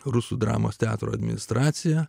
rusų dramos teatro administracija